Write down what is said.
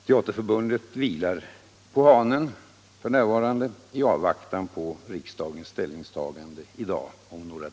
Teaterförbundet vilar f.n. på hanen i avvaktan på riksdagens ställningstagande om någon timme.